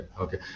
okay